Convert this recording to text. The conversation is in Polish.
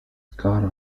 kara